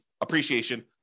appreciation